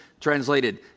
Translated